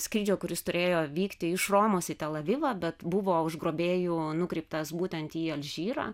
skrydžio kuris turėjo vykti iš romos į telavivą bet buvo užgrobėjų nukreiptas būtent į alžyrą